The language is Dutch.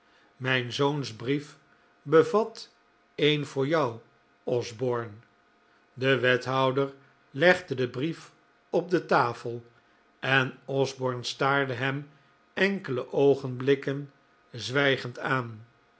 mijn zoons brief bevat een voor jou osborne de wethouder legde den brief op de tafel en osborne staarde hem enkele oogenblikken zwijgend aan